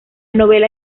novela